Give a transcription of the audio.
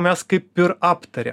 mes kaip ir aptarė